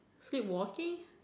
speed walking